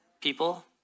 People